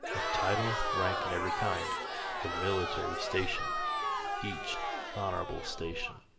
of title, rank and every kind of military station each honorable station.